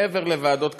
מעבר לוועדות קבלה,